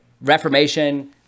reformation